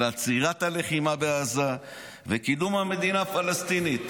על עצירת הלחימה בעזה וקידום המדינה הפלסטינית.